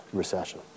recession